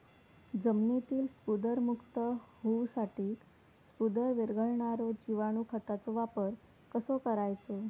जमिनीतील स्फुदरमुक्त होऊसाठीक स्फुदर वीरघळनारो जिवाणू खताचो वापर कसो करायचो?